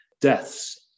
deaths